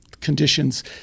conditions